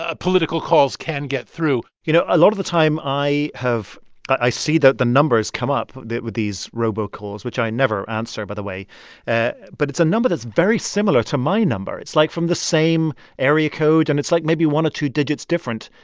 ah political calls can get through you know, a lot of the time i have i see that the numbers come up with these robocalls which i never answer, by the way ah but it's a number that's very similar to my number. it's, like, from the same area code, and it's, like, maybe one or two digits different.